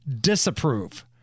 disapprove